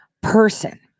person